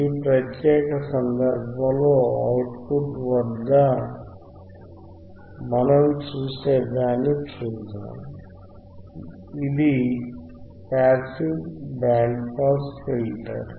ఈ ప్రత్యేక సందర్భంలో అవుట్ పుట్ వద్ద మనం చూసే దాన్ని చూద్దాం ఇది పాసివ్ బ్యాండ్ పాస్ ఫిల్టర్